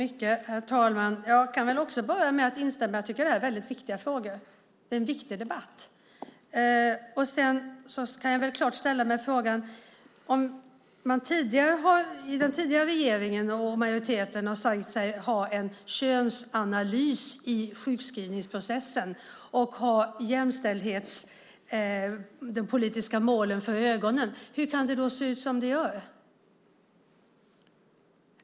Herr talman! Jag tycker också att det här är viktiga frågor och en viktig debatt. Den tidigare regeringen och majoriteten har sagt sig ha en könsanalys i sjukskrivningsprocessen och de jämställdhetspolitiska målen för ögonen. Hur kan det då se ut som det gör?